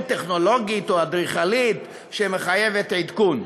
טכנולוגית או אדריכלית שמחייבת עדכון.